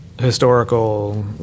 historical